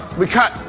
we cut.